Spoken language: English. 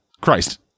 Christ